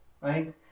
right